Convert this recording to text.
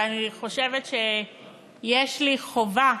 אבל אני חושבת שיש לי חובה